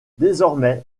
désormais